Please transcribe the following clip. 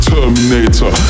Terminator